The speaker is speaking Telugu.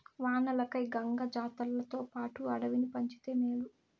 వానలకై గంగ జాతర్లతోపాటు అడవిని పంచితే మేలు